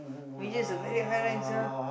Major is a very high rank sia